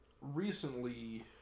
recently